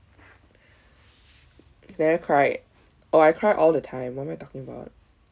clara cried oh I cry all the time what I'm talking about